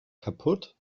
kaputt